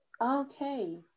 okay